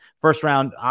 first-round